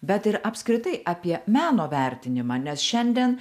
bet ir apskritai apie meno vertinimą nes šiandien